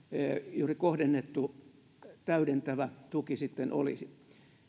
juuri kohdennettu täydentävä tuki sitten olisi